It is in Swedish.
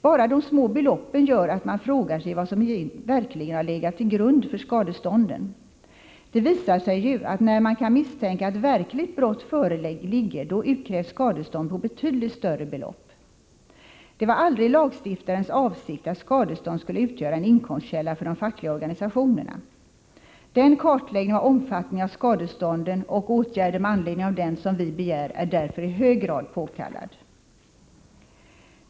Bara de små beloppen gör att man frågar sig vad "som egentligen har legat till grund för skadeståndstalan. Det visar sig ju att, när man kan misstänka att verkligt brott föreligger, då utkrävs skadestånd på betydligt större belopp. Det var aldrig lagstiftarens avsikt att skadestånd skulle utgöra en inkomstkälla för de fackliga organisationerna. Den kartläggning av omfattningen av skadestånden och åtgärder med anledning av den som vi begär är därför i hög grad påkallad.